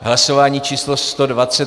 Hlasování číslo 120.